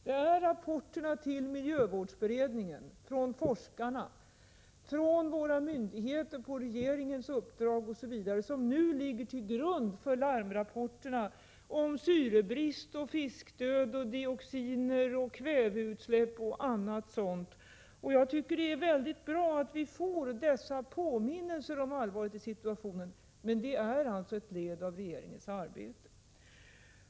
Det är rapporterna till miljövårdsberedningen från forskarna, från våra myndigheter på regeringens uppdrag osv., som nu ligger till grund för larmrapporterna om syrebrist, fiskdöd, dioxiner, kväveutsläpp och annat sådant. Jag tycker att det är väldigt bra att vi får dessa påminnelser om allvaret i situationen. Men det är alltså ett led av regeringens arbete.